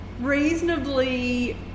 reasonably